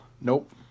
nope